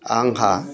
आंहा